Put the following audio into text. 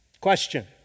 Question